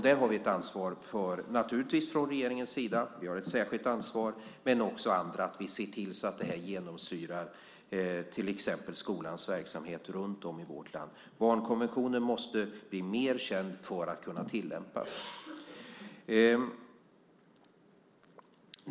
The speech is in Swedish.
Där har vi i regeringen naturligtvis ett särskilt ansvar, men också andra har ett ansvar för att se till att det här genomsyrar till exempel skolans verksamhet runt om i vårt land. Barnkonventionen måste bli mer känd för att kunna tillämpas.